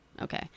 Okay